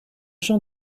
jean